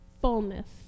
fullness